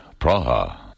Praha